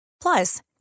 Plus